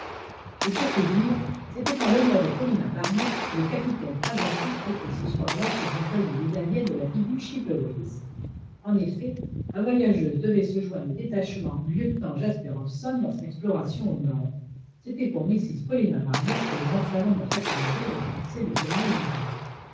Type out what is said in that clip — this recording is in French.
et pour tout dire c'était en l'honneur de paulina barnett que le capitaine craventy traitait ce soir-là ses employés et les indiens de la tribu chipeways en effet la voyageuse devait se joindre au détachement du lieutenant jasper hobson dans son exploration au nord c'était pour mrs paulina barnett que le grand salon de la factorerie retentissait de joyeux hurrahs